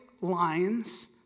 lines